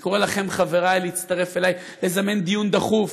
אני קורא לכם, חברי, להצטרף אלי ולזמן דיון דחוף.